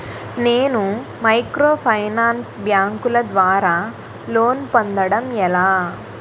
నేను మైక్రోఫైనాన్స్ బ్యాంకుల ద్వారా లోన్ పొందడం ఎలా?